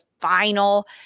final